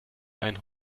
ein